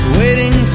waiting